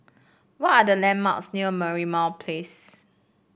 what are the landmarks near Merlimau Place